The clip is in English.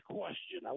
question